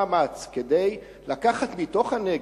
אני הייתי מציע שמשרד החינוך יעשה מאמץ כדי לקחת מתוך הנגב,